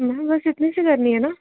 में बस इतनी सी करनी है ना